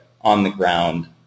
on-the-ground